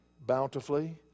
bountifully